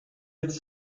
its